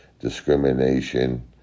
discrimination